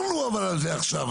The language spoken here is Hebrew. אבל דיברנו על זה עכשיו.